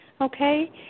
okay